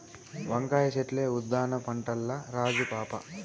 వంకాయ చెట్లే ఉద్దాన పంటల్ల రాజు పాపా